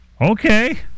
okay